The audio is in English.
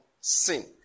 sin